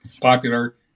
popular